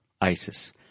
ISIS